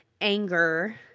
anger